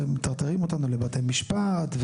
מטרטרים אותנו לבתי משפט.